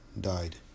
died